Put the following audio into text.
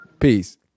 Peace